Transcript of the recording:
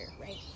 right